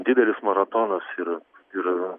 didelis maratonas ir ir